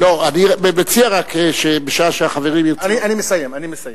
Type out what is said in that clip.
אני מציע רק שבשעה שהחברים ירצו, אני מסיים.